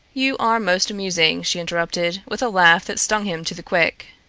you are most amusing, she interrupted, with a laugh that stung him to the quick.